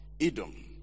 Edom